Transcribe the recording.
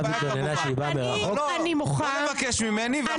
את מבקשת ממני.